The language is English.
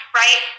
right